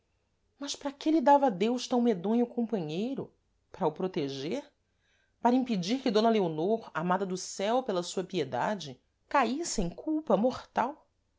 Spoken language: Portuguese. mas para que lhe dava deus tam medonho companheiro para o proteger para impedir que d leonor amada do céu pela sua piedade caísse em culpa mortal